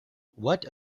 what